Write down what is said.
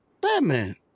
Batman